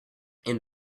and